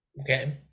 Okay